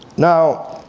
now,